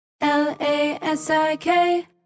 L-A-S-I-K